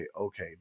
okay